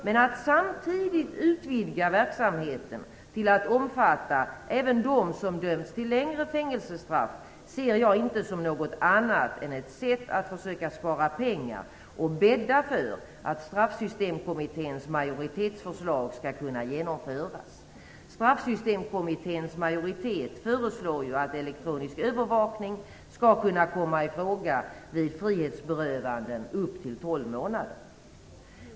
Men att samtidigt utvidga verksamheten till att omfatta även dem som dömts till längre fängelsestraff ser jag inte som något annat än ett sätt att försöka spara pengar och bädda för att Straffsystemkommitténs majoritetsförslag skall kunna genomföras. Straffsystemkommitténs majoritet föreslår ju att elektronisk övervakning skall kunna komma i fråga vid frihetsberövanden på upp till 12 månader.